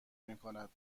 میکند